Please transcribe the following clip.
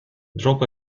drop